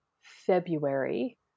February